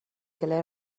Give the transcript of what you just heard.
گلر